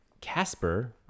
Casper